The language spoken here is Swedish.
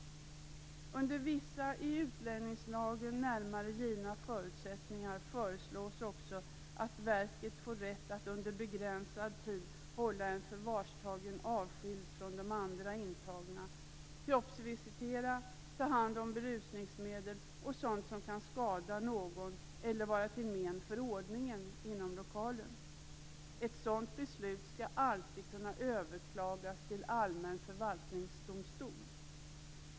Under vissa i utlänningslagen närmare givna förutsättningar föreslås också att verket får rätt att under begränsad tid hålla en förvarstagen avskild från de andra intagna, kroppsvisitera, ta hand om berusningsmedel och sådant som kan skada någon eller vara till men för ordningen inom lokalerna. Ett sådant beslut skall alltid kunna överklagas till allmän förvaltningsdomstol.